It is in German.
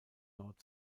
nord